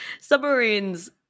submarines-